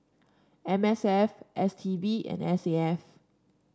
M S F S T B and S A F